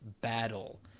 battle